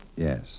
Yes